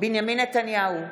בנימין נתניהו,